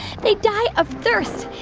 they die of thirst.